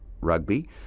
rugby